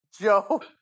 Joe